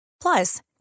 Plus